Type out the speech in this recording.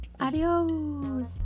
Adios